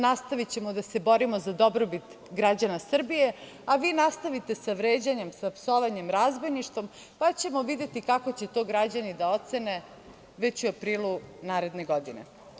Nastavićemo da se borimo za dobrobit građana Srbije, a vi nastavite sa vređanjem, psovanjem, razbojništvom, pa ćemo videti kako će to građani da ocene već u aprilu naredne godine.